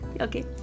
Okay